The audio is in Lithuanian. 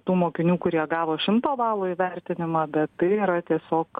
tų mokinių kurie gavo šimto balų įvertinimą bet tai yra tiesiog